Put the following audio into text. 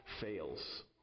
fails